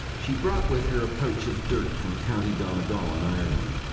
she brought with her a pouch of dirt from county donegal in ireland.